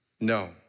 No